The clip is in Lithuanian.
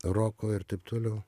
roko ir taip toliau